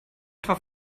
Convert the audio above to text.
etwa